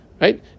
Right